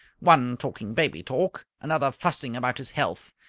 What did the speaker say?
one talking baby-talk, another fussing about his health,